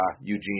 Eugene